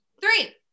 Three